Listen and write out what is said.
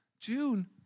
June